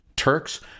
Turks